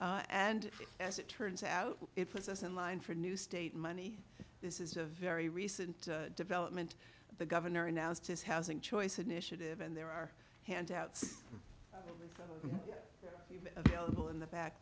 town and as it turns out it puts us in line for a new state money this is a very recent development the governor announced his housing choice initiative and there are handouts available in the bac